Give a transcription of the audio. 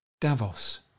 davos